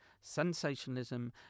sensationalism